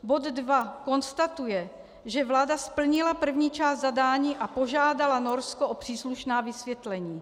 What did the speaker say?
Bod II konstatuje, že vláda splnila první část zadání a požádala Norsko o příslušná vysvětlení.